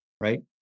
right